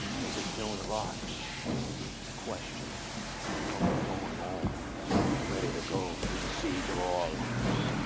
just as joan of arc questioned what was going on and was ready to go to the siege of orleans,